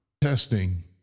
Testing